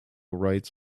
rights